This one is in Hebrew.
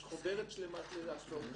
יש חוברת שלמה של הקצאות קרקע.